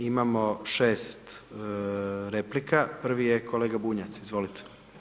Imamo 6 replika, prvi je kolega Bunjac, izvolite.